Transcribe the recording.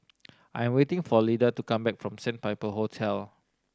I'm waiting for Lida to come back from Sandpiper Hotel